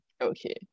Okay